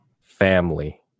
family